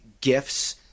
gifts